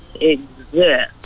exist